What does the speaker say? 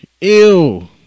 Ew